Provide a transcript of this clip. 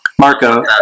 Marco